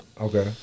Okay